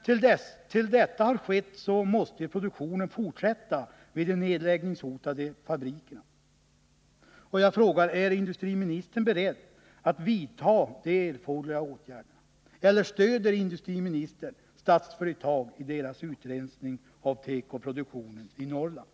Tills detta har skett måste produktionen fortsätta vid de nedläggningshotade fabrikerna, och jag frågar: Är industriministern beredd att vidta de erforderliga åtgärderna, eller stöder industriministern Statsföretag i dess utrensning av tekoproduktionen i Norrland?